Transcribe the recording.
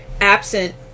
absent